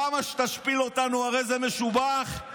כמה שתשפיל אותנו הרי זה משובח,